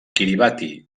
kiribati